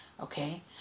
Okay